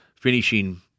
finishing